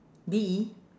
D E